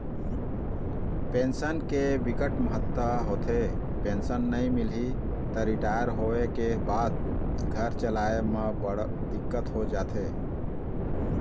pension के बिकट महत्ता होथे, पेंसन नइ मिलही त रिटायर होए के बाद घर चलाए म बड़ दिक्कत हो जाथे